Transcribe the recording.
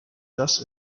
does